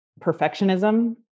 perfectionism